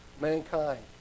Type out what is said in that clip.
mankind